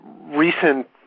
recent